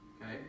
Okay